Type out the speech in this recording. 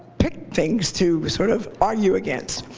picked things to sort of argue against.